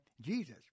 Jesus